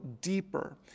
deeper